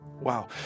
wow